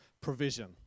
provision